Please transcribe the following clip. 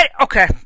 Okay